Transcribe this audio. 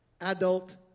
adult